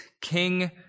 King